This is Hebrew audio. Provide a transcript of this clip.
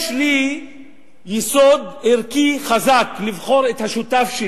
יש לי יסוד ערכי חזק לבחור את השותף שלי,